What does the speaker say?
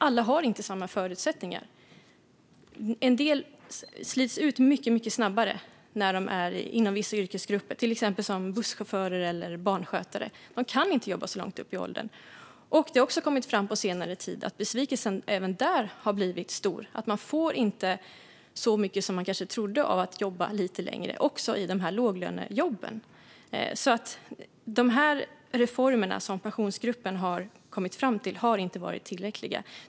Alla har inte samma förutsättningar. En del slits ut mycket snabbare när de är inom vissa yrkesgrupper. Det gäller till exempel busschaufförer eller barnskötare. De kan inte jobba så långt upp i åldern. Det har också kommit fram på senare tid att besvikelsen även där har blivit stor. De får inte så mycket som de kanske trodde av att jobba lite längre också i låglönejobben. De reformer som Pensionsgruppen har kommit fram till har inte varit tillräckliga.